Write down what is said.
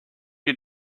you